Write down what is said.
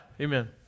Amen